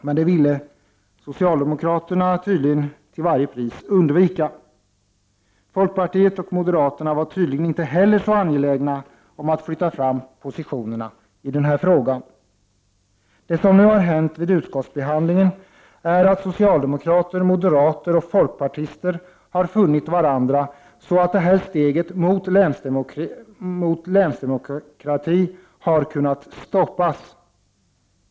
Men det ville socialdemokraterna tydligen till varje pris undvika. Folkpartiet och moderaterna var tydligen inte heller så angelägna om att flytta fram positionerna i den här frågan. Det som nu har hänt vid utskottsbehandlingen är att socialdemokrater, moderater och folkpartister har funnit varandra, så att det här steget i riktning mot länsdemokrati har kunnat stoppas.